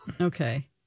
Okay